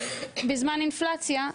בזמן אינפלציה,